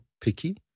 picky